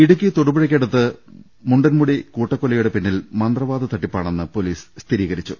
ഇടുക്കി തൊടുപുഴയ്ക്കടുത്ത് മുണ്ടൻമുടി കൂട്ടക്കൊലയുടെ പിന്നിൽ മന്ത്രവാദ തട്ടിപ്പാണെന്ന് പൊലീസ് സ്ഥിരീകരിച്ചു